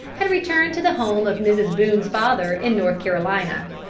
had returned to the home of mrs. boone's father in north carolina.